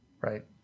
right